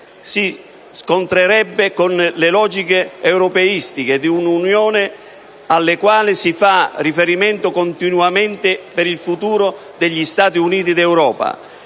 si scontrerebbe con le logiche europeiste e di Unione alle quali si fa riferimento continuamente per il futuro degli Stati Uniti d'Europa.